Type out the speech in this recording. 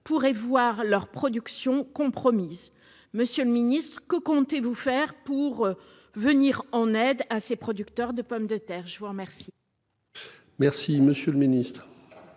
pourraient voir leur production compromise. Monsieur le ministre, que comptez-vous faire pour venir en aide à ces producteurs de pommes de terre ? La parole est à M. le ministre.